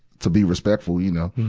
to be respectful, you know.